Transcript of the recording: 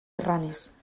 erranez